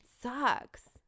sucks